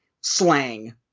slang